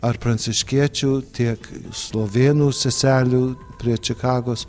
ar pranciškiečių tiek slovėnų seselių prie čikagos